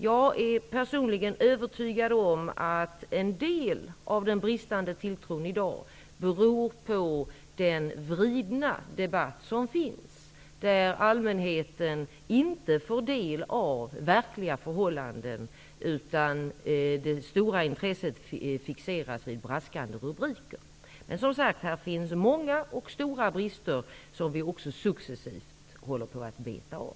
Jag är personligen övertygad om att en del av den bristande tilltron i dag beror på den vridna debatt som förs och där allmänheten inte får ta del av de verkliga förhållandena, utan det stora intresset fixeras vid braskande rubriker. Men här finns som sagt också många och stora brister, som vi successivt håller på att avhjälpa.